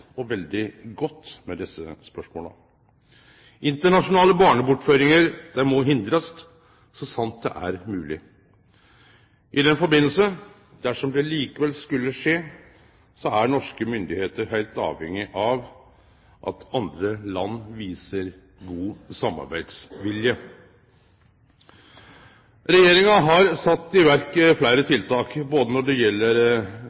og veldig godt med desse spørsmåla. Internasjonale barnebortføringar må hindrast, så sant det er mogleg. Dersom det likevel skulle skje, er norske myndigheiter heilt avhengige av at andre land viser god samarbeidsvilje. Regjeringa har sett i verk fleire